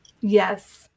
Yes